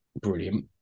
brilliant